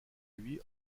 lui